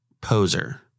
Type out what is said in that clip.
poser